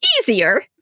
easier